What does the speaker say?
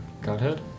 Godhead